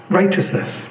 righteousness